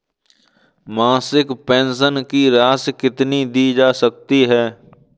मासिक पेंशन की राशि कितनी दी जाती है?